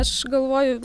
aš galvoju